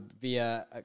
via